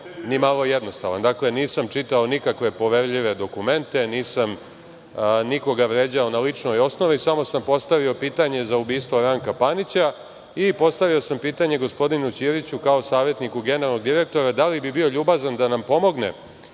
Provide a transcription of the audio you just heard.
ni malo jednostavan. Nisam čitao nikakve poverljive dokumente, nisam nikoga vređao na ličnoj osnovi, samo sam postavio pitanje za ubistvo Ranka Panića i postavio sam pitanje gospodinu Ćiriću, kao savetniku generalnog direktora, da li bi bio ljubazan da nam pomogne,